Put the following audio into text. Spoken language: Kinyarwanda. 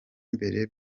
mbere